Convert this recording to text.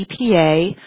EPA